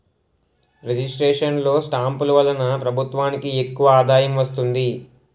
registration లో స్టాంపులు వలన ప్రభుత్వానికి ఎక్కువ ఆదాయం వస్తుంది